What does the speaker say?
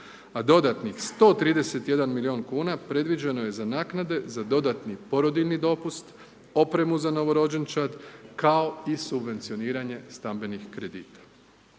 A dodatnih 131 milijun kuna predviđeno je za naknade za dodatni porodiljni dopust, opremu za novorođenčad kao i subvencioniranje stambenih kredita.